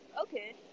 Okay